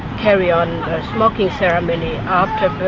carry on a smoking ceremony ah